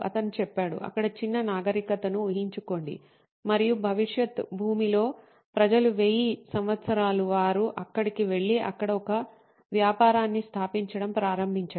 అతను చెప్పాడు అక్కడ చిన్న నాగరికతను ఊహించుకోండి మరియు భవిష్యత్ భూమిలో ప్రజలు 1000 సంవత్సరాలు వారు అక్కడకు వెళ్లి అక్కడ ఒక వ్యాపారాన్ని స్థాపించడం ప్రారంభించండం